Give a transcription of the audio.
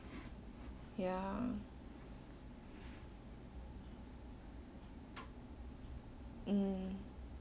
ya mm